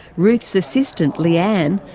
ruth's assistant, leanne,